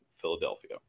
Philadelphia